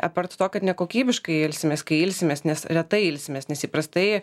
apart to kad nekokybiškai ilsimės kai ilsimės nes retai ilsimės nes įprastai